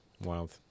wild